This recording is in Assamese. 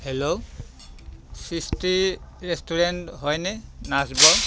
হেল্ল' সৃষ্টি ৰেষ্টুৰেন্ট হয়নে নাচবৰ